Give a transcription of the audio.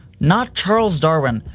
not charles darwin,